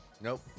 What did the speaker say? Nope